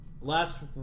Last